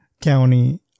county